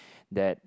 that